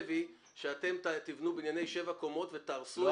שאתם תבנו בנייני שבע קומות ותהרסו.